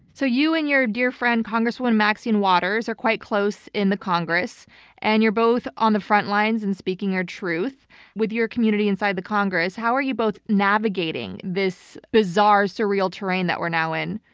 so you and your dear friend, congresswoman maxine waters, are quite close in the congress and you're both on the front lines and speaking your truth with your community inside the congress. how are you both navigating this bizarre, surreal terrain that we're now in?